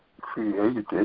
created